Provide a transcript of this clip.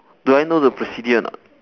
do I know the procedure or not